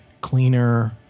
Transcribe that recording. cleaner